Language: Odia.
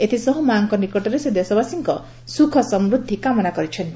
ଏଥିସହ ମାଙ୍କ ନିକଟରେ ସେ ଦେଶବାସୀଙ୍କ ସୁଖ ସମୃଦ୍ଧି କାମନା କରିଛନ୍ତି